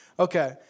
Okay